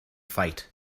fight